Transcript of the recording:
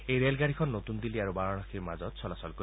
এই ৰেলগাড়ীখন নতুন দিল্লী আৰু বাৰানসীৰ মাজত চলাচল কৰিব